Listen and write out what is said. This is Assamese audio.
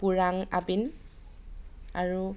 পুৰাং আবিন আৰু